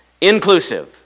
Inclusive